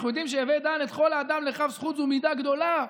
אנחנו יודעים שהווי דן את כל האדם לכף זכות זו מידה גדולה.